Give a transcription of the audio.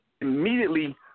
immediately